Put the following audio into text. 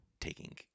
taking